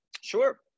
Sure